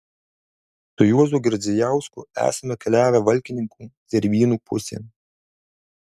su juozu girdzijausku esame keliavę valkininkų zervynų pusėn